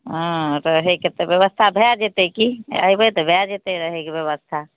हँ रहैके तऽ व्यवस्था भऽ जेतै की अयबै तऽ भऽ जेतै रहैके व्यवस्था